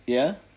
ya